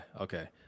Okay